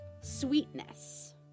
Sweetness